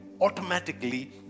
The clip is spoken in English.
automatically